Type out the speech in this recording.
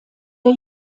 der